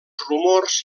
rumors